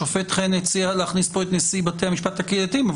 השופט חן הציע להכניס פה את נשיא בתי המשפט הקהילתיים,